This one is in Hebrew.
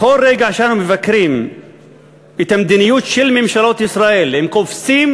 בכל רגע שאנחנו מבקרים את המדיניות של ממשלות ישראל הם קופצים